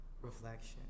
Reflection